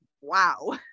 wow